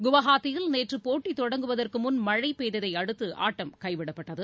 கவுகாத்தியில் நேற்று போட்டி தொடங்குவதற்கு முன் மழை பெய்ததை அடுத்து ஆட்டம் கைவிடப்பட்டது